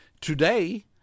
today